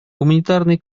гуманитарный